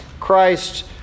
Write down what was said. Christ